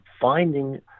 finding